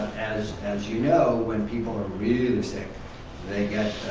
as as you know, when people are really sick they get